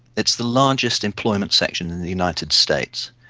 it's the largest employment section in the united states.